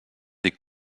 des